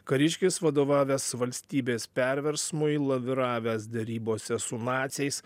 kariškis vadovavęs valstybės perversmui laviravęs derybose su naciais